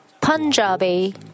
Punjabi